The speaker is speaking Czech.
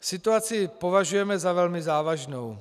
Situaci považujeme za velmi závažnou.